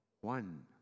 One